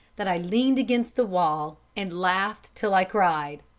that i leaned against the wall, and laughed till i cried.